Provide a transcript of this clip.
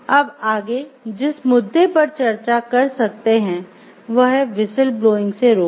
अब आगे हम जिस मुद्दे पर चर्चा कर सकते हैं वह है व्हिसिल ब्लोइंग से रोकना